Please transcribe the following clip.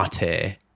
mate